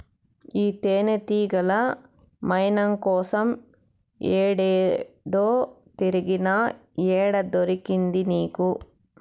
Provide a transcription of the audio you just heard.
ఈ తేనెతీగల మైనం కోసం ఏడేడో తిరిగినా, ఏడ దొరికింది నీకు